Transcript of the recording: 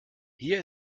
hier